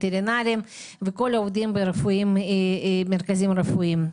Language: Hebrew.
וטרינרים וכל העובדים במרכזים רפואיים.